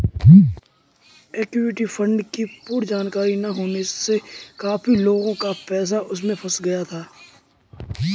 equity fund की पूर्ण जानकारी ना होने से काफी लोगों का पैसा उसमें फंस गया था